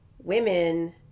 women